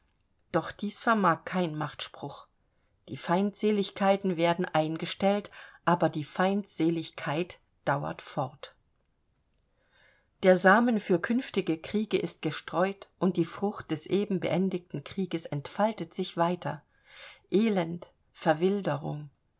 doch dies vermag kein machtspruch die feindseligkeiten werden eingestellt aber die feindseligkeit dauert fort der samen für künftige kriege ist gestreut und die frucht des eben beendigten krieges entfaltet sich weiter elend verwilderung